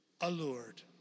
allured